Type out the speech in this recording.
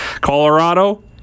colorado